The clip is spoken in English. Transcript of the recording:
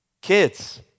Kids